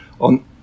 on